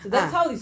ah